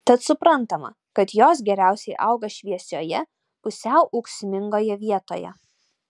tad suprantama kad jos geriausiai auga šviesioje pusiau ūksmingoje vietoje